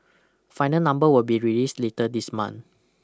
final numbers will be released later this month